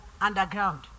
underground